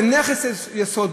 נכס יסוד,